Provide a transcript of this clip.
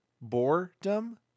boredom